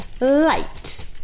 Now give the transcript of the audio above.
Light